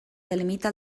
delimita